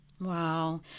Wow